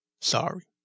Sorry